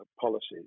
policies